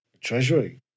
Treasury